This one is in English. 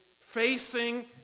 facing